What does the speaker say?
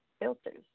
Filters